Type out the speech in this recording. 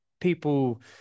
people